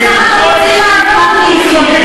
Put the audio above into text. ילין, אנא שב במקומך.